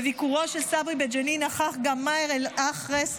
בביקורו של צברי בג'נין נכח גם מאהר אל-אחרס,